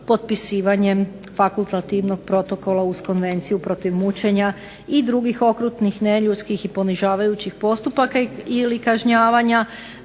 potpisivanjem fakultativnog protokola uz Konvenciju protiv mučenja i drugih okrutnih neljudskih i ponižavajućih postupaka ili kažnjavanja